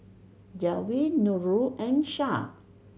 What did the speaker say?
Dewi Nurul and Shah